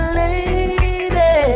lady